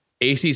ACC